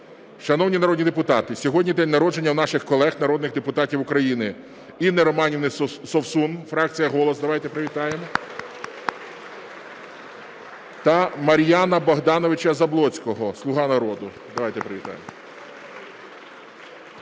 Шановні народні депутати, сьогодні день народження у наших колег народних депутатів України: Інни Романівни Совсун, фракція "Голос", давайте привітаємо (Оплески) , та Мар'яна Богдановича Заблоцького, "Слуга народу", давайте привітаємо